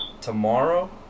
tomorrow